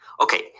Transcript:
Okay